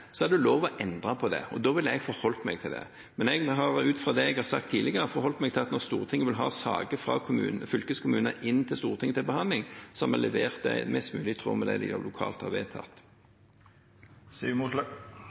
Da ville jeg ha forholdt meg til det. Men jeg har ut ifra det jeg har sagt tidligere, forholdt meg til at når Stortinget vil ha saker fra fylkeskommunen inn til Stortinget til behandling, har vi levert det vi skulle i tråd med det de lokalt har